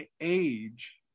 age